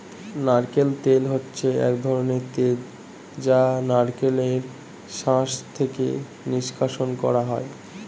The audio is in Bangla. নারকেল তেল হচ্ছে এক ধরনের তেল যা নারকেলের শাঁস থেকে নিষ্কাশণ করা হয়